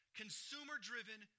consumer-driven